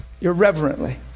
irreverently